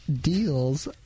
deals